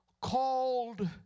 called